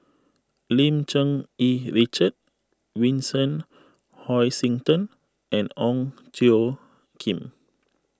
Lim Cherng Yih Richard Vincent Hoisington and Ong Tjoe Kim